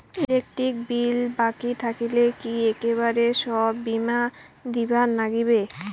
Electric bill বাকি থাকিলে কি একেবারে সব বিলে দিবার নাগিবে?